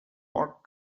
pork